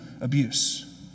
abuse